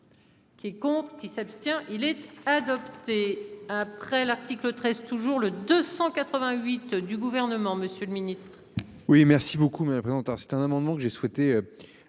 Qui compte qui s'abstient il est adopté après l'article 13 toujours le 288 du gouvernement, Monsieur le Ministre.